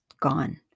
gone